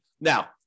Now